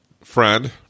friend